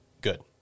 Good